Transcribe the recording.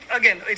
again